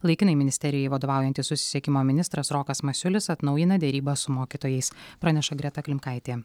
laikinai ministerijai vadovaujantis susisiekimo ministras rokas masiulis atnaujina derybas su mokytojais praneša greta klimkaitė